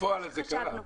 בפועל זה קרה.